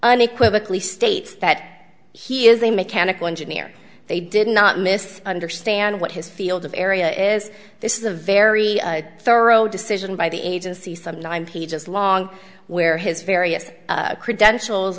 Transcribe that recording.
unequivocally states that he is a mechanical engineer they did not mis understand what his field of area is this is a very thorough decision by the agency some nine pages long where his various credentials